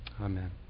Amen